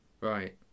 Right